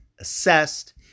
assessed